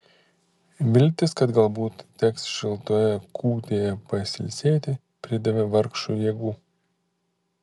viltis kad galbūt teks šiltoje kūtėje pasilsėti pridavė vargšui jėgų